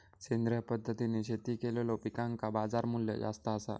सेंद्रिय पद्धतीने शेती केलेलो पिकांका बाजारमूल्य जास्त आसा